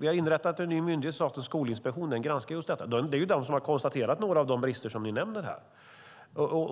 Vi har inrättat en ny myndighet, Statens skolinspektion, som granskar just detta. Det är Skolinspektionen som har konstaterat några av de brister som nämns här,